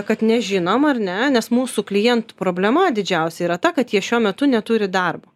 kad nežinom ar ne nes mūsų klientų problema didžiausia yra ta kad jie šiuo metu neturi darbo